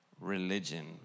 religion